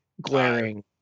glaring